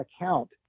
account